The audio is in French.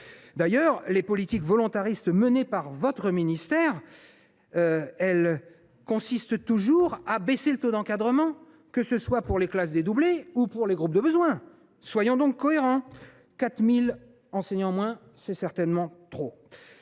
D’ailleurs, les politiques volontaristes menées par votre ministère consistent toujours à baisser le taux d’encadrement, que ce soit pour les classes dédoublées ou pour les groupes de besoins. Soyons donc cohérents : 4 000 enseignants en moins, c’est aller trop